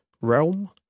Realm